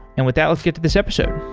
and with that, let's get to this episode.